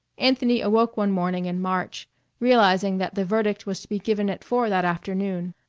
anthony awoke one morning in march realizing that the verdict was to be given at four that afternoon,